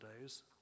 days